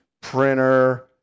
printer